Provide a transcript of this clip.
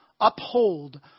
Uphold